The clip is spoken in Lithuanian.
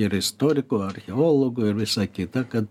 ir istorikų archeologų ir visa kita kad